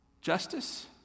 justice